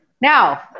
Now